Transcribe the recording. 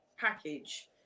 package